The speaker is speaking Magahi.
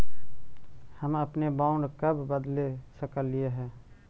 हम अपने बॉन्ड कब बदले सकलियई हे